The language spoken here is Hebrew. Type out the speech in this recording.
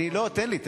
תן לי.